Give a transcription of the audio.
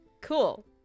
cool